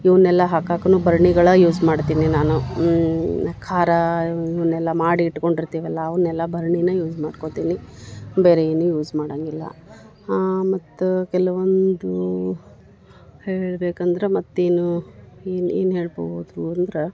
ಇವನ್ನೆಲ್ಲ ಹಾಕೋಕೂ ಭರ್ಣಿಗಳಾ ಯೂಸ್ ಮಾಡ್ತೀನಿ ನಾನು ಖಾರ ಇವನ್ನೆಲ್ಲ ಮಾಡಿ ಇಟ್ಕೊಂಡಿರ್ತೀವಿ ಅಲ್ಲ ಅವನ್ನೆಲ್ಲ ಭರ್ಣಿನ ಯೂಸ್ ಮಾಡ್ಕೊಳ್ತೀನಿ ಬೇರೆ ಏನೂ ಯೂಸ್ ಮಾಡೋಂಗಿಲ್ಲ ಮತ್ತು ಕೆಲವೊಂದು ಹೇಳ್ಬೇಕಂದ್ರೆ ಮತ್ತೇನು ಏನು ಏನು ಹೇಳ್ಬೋದು ಅಂದ್ರೆ